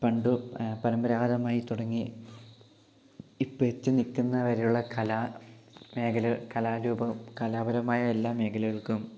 പണ്ട് പരമ്പരാഗതമായി തുടങ്ങി ഇപ്പം എത്തി നിൽക്കുന്ന വരെയുള്ള കലാ മേഖലകൾ കലാ രൂപവും കലാ പരമായ എല്ലാ മേഖലകൾക്കും